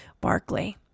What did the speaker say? Barclay